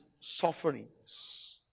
sufferings